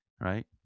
right